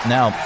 Now